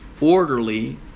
orderly